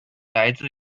来自